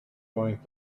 going